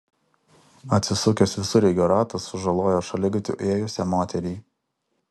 atsisukęs visureigio ratas sužalojo šaligatviu ėjusią moterį